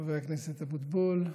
חבר הכנסת אבוטבול,